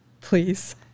Please